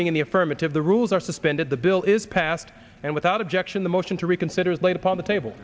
being in the affirmative the rules are suspended the bill is passed and without objection the motion to reconsider is laid upon the table